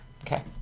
Okay